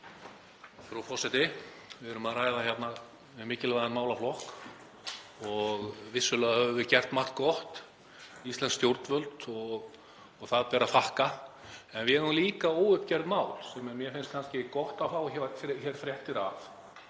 Frú forseti. Við erum að ræða hérna mikilvægan málaflokk og vissulega höfum við gert margt gott, íslensk stjórnvöld, og það ber að þakka. En við eigum líka óuppgerð mál sem mér finnst kannski gott að fá hér fréttir af.